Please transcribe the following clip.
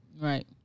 Right